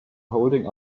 holding